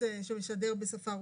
שמשדר בשפה הרוסית,